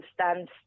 understand